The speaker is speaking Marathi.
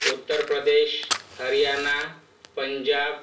उत्तर प्रदेश हरियाना पंजाब